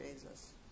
Jesus